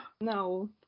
No